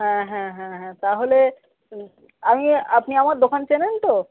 হ্যাঁ হ্যাঁ হ্যাঁ হ্যাঁ তাহলে আমি আপনি আমার দোকান চেনেন তো